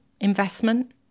investment